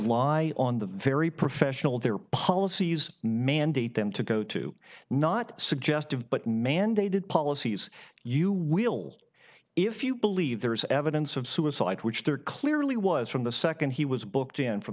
rely on the very professional their policies mandate them to go to not suggestive but mandated policies you will if you believe there is evidence of suicide which there clearly was from the second he was booked in from